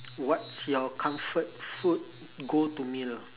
what's your comfort food go-to meal